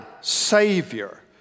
Savior